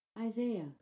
Isaiah